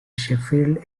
sheffield